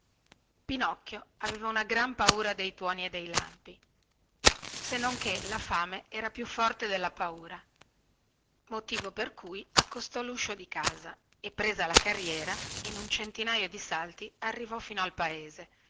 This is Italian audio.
pinocchio aveva una gran paura dei tuoni e dei lampi se non che la fame era più forte della paura motivo per cui accostò luscio di casa e presa la carriera in un centinaio di salti arrivò fino al paese